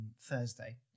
thursday